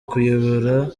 kuyobora